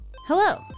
Hello